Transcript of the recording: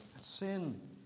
Sin